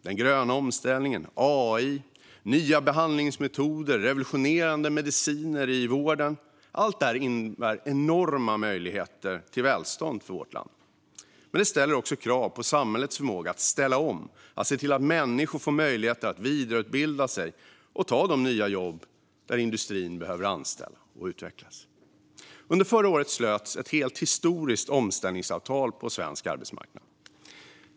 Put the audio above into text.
Den gröna omställningen, AI och nya behandlingsmetoder och revolutionerande mediciner i vården innebär enorma möjligheter för välstånd i vårt land. Men det ställer också krav på samhällets förmåga att ställa om och se till att människor får möjlighet att vidareutbilda sig och ta jobb i en industri som utvecklas och behöver anställa. Under förra året slöts ett helt historiskt omställningsavtal på svensk arbetsmarknad.